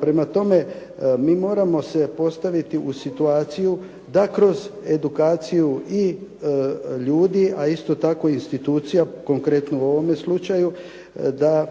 Prema tome, mi moramo se postaviti u situaciju da kroz edukaciju i ljudi, a isto tako institucija, konkretno u ovom slučaju, da